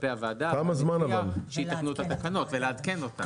כלפי הוועדה שיתקנו את התקנות ולעדכן אותה.